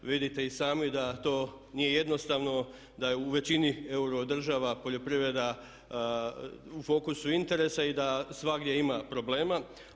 Vidite i sami da to nije jednostavno, da je u većini eurodržava poljoprivreda u fokusu interesa i da svagdje ima problema.